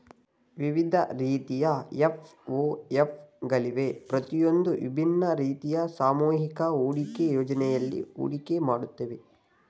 ವಿವಿಧ ರೀತಿಯ ಎಫ್.ಒ.ಎಫ್ ಗಳಿವೆ ಪ್ರತಿಯೊಂದೂ ವಿಭಿನ್ನ ರೀತಿಯ ಸಾಮೂಹಿಕ ಹೂಡಿಕೆ ಯೋಜ್ನೆಯಲ್ಲಿ ಹೂಡಿಕೆ ಮಾಡುತ್ತೆ